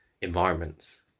environments